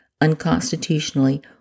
unconstitutionally